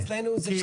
יש לנו תמיד